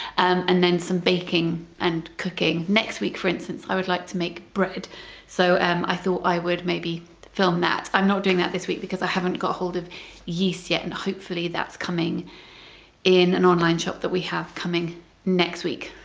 and then some baking and cooking. next week, for instance, i would like to make bread so um i thought i would maybe film that i'm not doing that this week because i haven't got hold of yeast yet and hopefully that's coming in an online shop that we have coming next week,